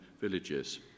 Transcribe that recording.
villages